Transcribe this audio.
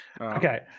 Okay